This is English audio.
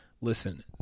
listen